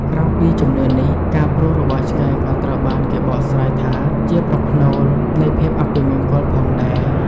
ក្រៅពីជំនឿនេះ ការព្រុសរបស់ឆ្កែក៏ត្រូវបានគេបកស្រាយថាជាប្រផ្នូលនៃភាពអពមង្គលផងដែរ។